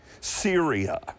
Syria